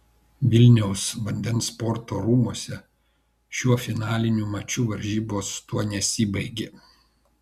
vilniaus vandens sporto rūmuose šiuo finaliniu maču varžybos tuo nesibaigė